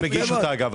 מיכל.